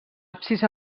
absis